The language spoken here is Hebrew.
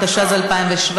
התשע"ז 2017,